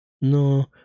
no